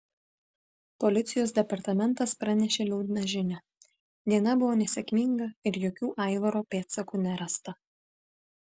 policijos departamentas pranešė liūdną žinią diena buvo nesėkminga ir jokių aivaro pėdsakų nerasta